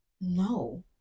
no